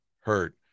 hurt